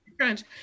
crunch